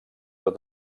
tot